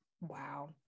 Wow